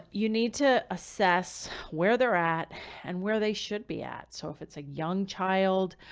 you need to assess where they're at and where they should be at. so if it's a young child,